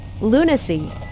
lunacy